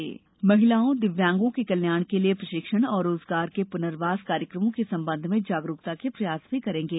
इसके अलावा महिलाओं दिव्यांगों के कल्याण के लिए प्रशिक्षण और रोजगार के प्नर्वास कार्यक्रमों के संबंध में जागरूकता के प्रयास भी करेंगे